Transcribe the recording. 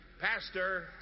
pastor